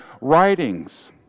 writings